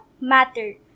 matter